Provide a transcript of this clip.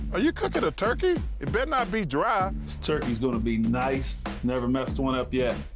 are you cooking a turkey? it better not be dry. this turkey's gonna be nice never messed one up yet.